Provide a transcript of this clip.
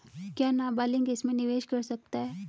क्या नाबालिग इसमें निवेश कर सकता है?